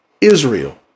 Israel